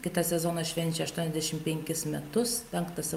kitą sezoną švenčia aštuoniasdešimt penkis metus penktą